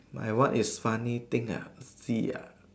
like what is funny thing uh see ya